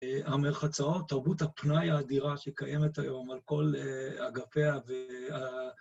המרחצאות, תרבות הפנאי האדירה שקיימת היום על כל אגפיה